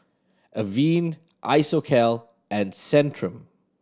Avene Isocal and Centrum